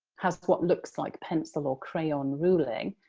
has what looks like pencil or crayon ruling,